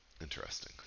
interesting